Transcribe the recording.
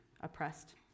oppressed